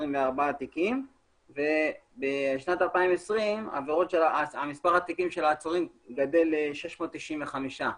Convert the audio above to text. תיקים ובשנת 2020 מספר תיקי העצורים גדל ל-695.